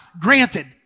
granted